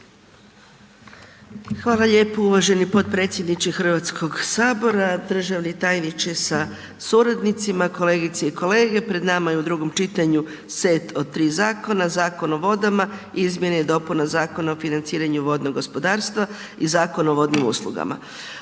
Hvala lijepo uvaženi potpredsjedniče Hrvatskoga sabora, državni tajniče sa suradnicima, kolegice i kolege. Pred nama je u drugom čitanju set od tri zakona. Zakon o vodama, Izmjene i dopune Zakona o financiranju vodnog gospodarstva i Zakon o vodnim uslugama.